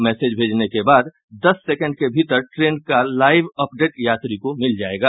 message भेजने के बाद दस सेकेंड के भीतर ट्रेन का लाइव अपडेट यात्री को मिल जायेगा